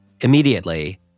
Immediately